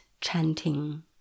chanting